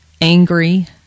angry